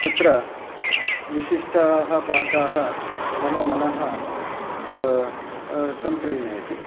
तत्र विशिष्टाः पाकाः मम मनः सम्प्रीणयति